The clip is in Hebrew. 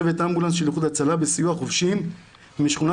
צוות אמבולנס של איחוד הצלה בסיוע חובשים משכונת